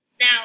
Now